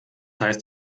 heißt